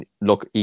look